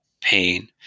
pain